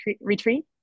retreat